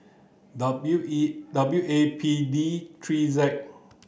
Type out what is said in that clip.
W A W A P D three Z